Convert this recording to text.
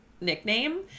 nickname